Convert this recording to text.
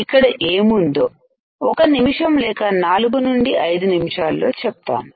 ఇక్కడ ఏముందో ఒక నిమిషం లేక నాలుగు నుండి ఐదు నిమిషాలు లో చెప్తాను